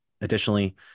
Additionally